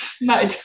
No